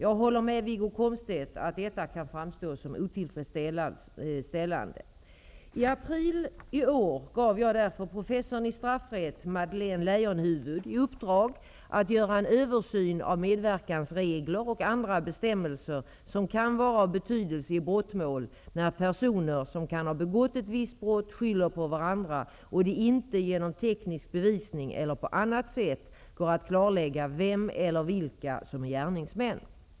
Jag håller med Wiggo Komstedt att detta kan framstå som otillfredsställande. I april detta år gav jag därför professorn i straffrätt, Madeleine Leijonhufvud, i uppdrag att göra en översyn av medverkansregler och andra bestämmelser som kan vara av betydelse i brottmål när personer som kan ha begått ett visst brott skyller på varandra, och det inte genom teknisk bevisning eller på annat sätt går att klarlägga vem eller vilka som är gärningsmän.